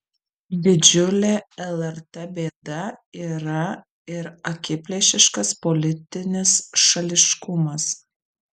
didžiulė lrt bėda yra ir akiplėšiškas politinis šališkumas